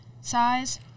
size